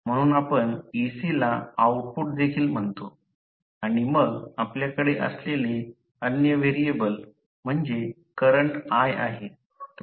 म्हणून आपण ec ला आऊटपुट देखील म्हणतो आणि मग आपल्याकडे असलेले अन्य व्हेरिएबल म्हणजे करंट i आहे